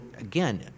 again